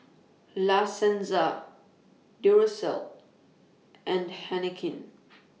La Senza Duracell and Heinekein